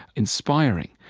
inspiring.